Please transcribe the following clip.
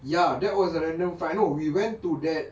ya that was a random find ah no we went to that